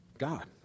God